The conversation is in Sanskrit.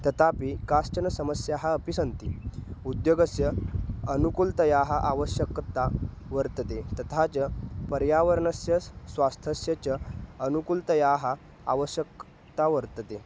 तथापि काश्चन समस्याः अपि सन्ति उद्योगस्य अनुकूलतायाः आवश्यकता वर्तते तथा च पर्यावरणस्य स् स्वास्थस्य च अनुकूलतायाः आवश्यकता वर्तते